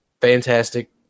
fantastic